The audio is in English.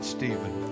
Stephen